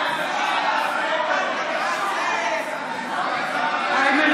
חברי הכנסת) איימן